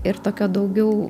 ir tokio daugiau